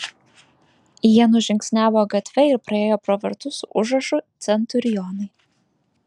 jie nužingsniavo gatve ir praėjo pro vartus su užrašu centurionai